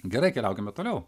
gerai keliaukime toliau